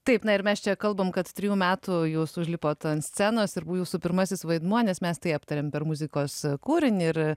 taip na ir mes čia kalbam kad trijų metų jūs užlipot ant scenos ir jūsų pirmasis vaidmuo nes mes tai aptarėm per muzikos kūrinį ir